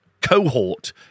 cohort